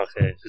Okay